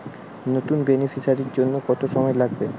নতুন বেনিফিসিয়ারি জন্য কত সময় লাগবে?